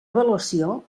avaluació